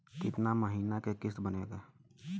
कितना महीना के किस्त बनेगा?